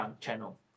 channel